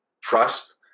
trust